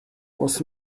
was